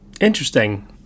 Interesting